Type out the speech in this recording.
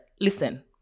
listen